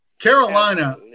Carolina